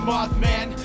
Mothman